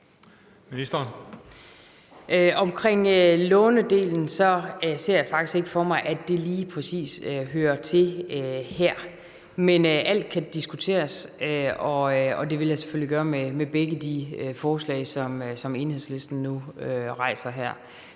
til lånedelen ser jeg faktisk ikke for mig, at det lige præcis hører til her, men alt kan diskuteres, og det vil jeg selvfølgelig gøre i forhold til begge de forslag, som Enhedslisten nu rejser her.